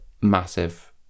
massive